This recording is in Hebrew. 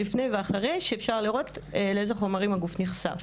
לפני ואחרי שאפשר לראות לאיזה חומרים הגוף נחשף.